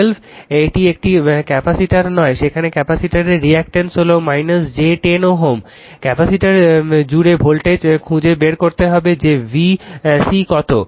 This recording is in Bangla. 12 এটি একটি ক্যাপাসিটর নয় সেখানে ক্যাপাসিটরের রিঅ্যাক্ট্যান্স হল j 10 Ω ক্যাপাসিটর জুড়ে ভোল্টেজ খুঁজে বের করতে হবে যে V c কত